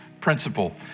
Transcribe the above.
principle